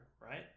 right